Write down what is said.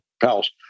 pals